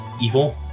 evil